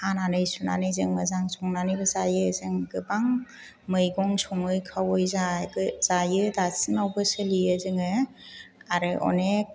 हानानै सुनानै जों मोजां संनानैबो जायो जों गोबां मैगं सङै खावै जायो दासिमावबो सोलियो जोङो आरो अनेक